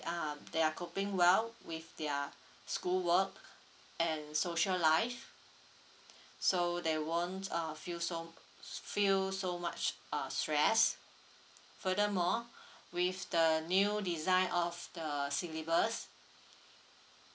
uh they're coping well with their school work and social life so they won't uh feel so feel so much uh stress furthermore with the new design of the syllabus